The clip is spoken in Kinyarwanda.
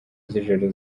z’ijoro